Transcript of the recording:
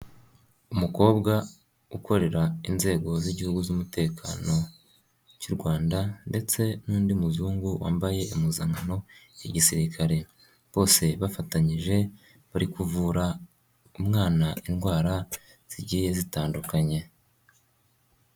Umukobwa ukorera inzego z'igihugu z'umutekano cy'u Rwanda ndetse n'undi muzungu wambaye impuzankano ya gisirikare, bose bafatanyije, bari kuvura umwana indwara zigiye zitandukanye.